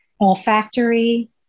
olfactory